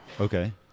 Okay